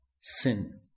sin